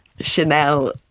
chanel